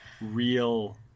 real